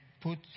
put